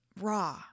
raw